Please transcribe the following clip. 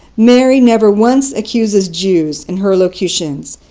mary never once accuses jews in her locutions.